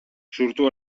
surto